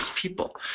people